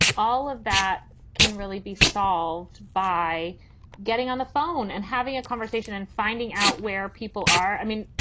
all of that can really be solved by getting on the phone and having a conversation and finding out where people are. i mean,